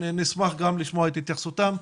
נשמח גם לשמוע את התייחסותם.